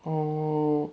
oh